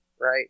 Right